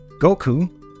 Goku